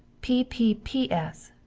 p p p s.